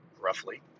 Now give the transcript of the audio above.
roughly